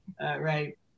Right